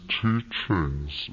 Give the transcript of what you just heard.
teachings